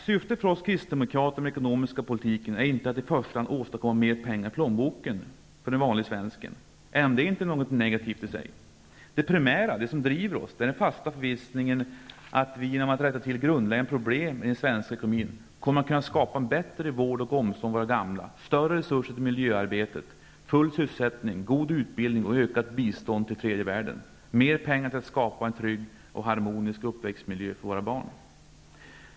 Syftet för oss kristdemokrater med den ekonomiska politiken är inte att i första hand åstadkomma mer pengar i plånboken för den vanlige svensken, även om det i sig inte är något negativt. Det primära, det som driver oss, är den fasta förvissningen att vi genom att komma till rätta med grundläggande problem i den svenska ekonomin kommer att kunna åstadkomma en bättre vård av och omsorg om våra gamla, större resurser till miljöarbetet, full sysselsättning, god utbildning och ett ökat bistånd till tredje världen samt mer pengar för åtgärder som syftar till att skapa en trygg och harmonisk uppväxtmiljö för våra barn.